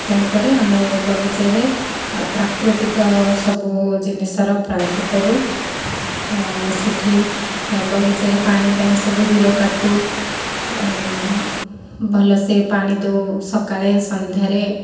ତେଣୁକରି ଆମେ ବଗିଚାରେ ଆଉ ପ୍ରାକୃତିକ ସବୁ ଜିନିଷର ପ୍ରୟୋଗ କରୁ ସେଠି ବଗିଚାରେ ପାଣି ପାଇଁ ସବୁ ହିଡ଼ କାଟୁ ଆଉ ଭଲସେ ପାଣି ଦେଉ ସକାଳେ ସନ୍ଧ୍ୟାରେ